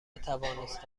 نتوانستم